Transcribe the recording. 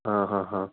ആ ഹാ ഹാ